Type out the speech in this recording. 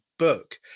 book